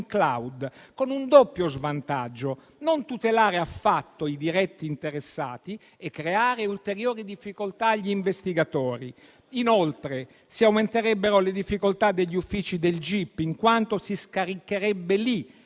*cloud*, con un doppio svantaggio: non tutelare affatto i diretti interessati e creare ulteriori difficoltà agli investigatori. Inoltre, si aumenterebbero le difficoltà degli uffici del gip, in quanto si scaricherebbe lì